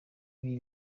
ibi